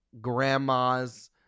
grandma's